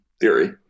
theory